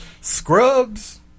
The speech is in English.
scrubs